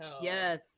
Yes